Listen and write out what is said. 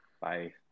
Bye